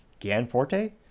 Ganforte